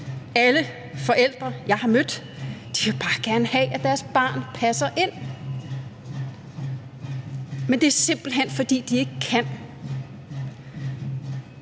alle forældre, jeg har mødt, vil bare gerne have, at deres barn passer ind. Men det er simpelt hen, fordi de ikke kan.